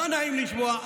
לא נעים לשמוע.